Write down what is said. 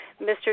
Mr